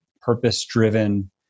purpose-driven